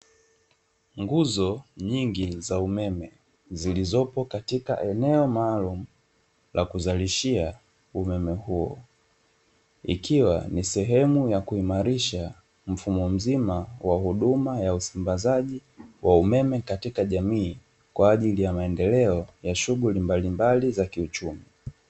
Nguzo nyingi za umeme zilizopo katika eneo maalumu la kuzalishia umeme huo, ikiwa ni sehemu ya kuimarisha mfumo mzima wa huduma ya usambazaji wa umeme katika jamii kwa ajili ya maendeleo ya shughuli mbalimbali za kiuchumi.